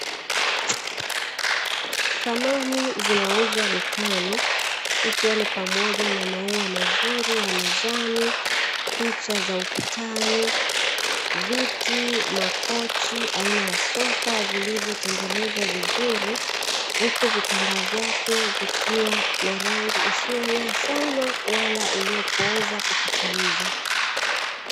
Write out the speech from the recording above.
Samani zinauzwa dukani ikiwa ni pamoja na maua mazuri ya mezani, picha za ukutani, viti, makochi aina ya sofa vilivyotengenezwa vizuri huku Vitambaa vyake vikiwa na rangi isiyo ng'aa sana wala iliyopooza kupitiliza.